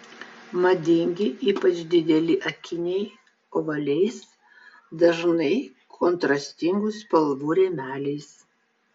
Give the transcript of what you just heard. madingi ypač dideli akiniai ovaliais dažnai kontrastingų spalvų rėmeliais